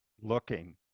looking